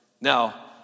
Now